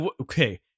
Okay